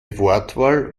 wortwahl